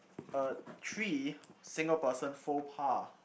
uh three single person faux pas